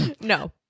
No